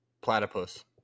Platypus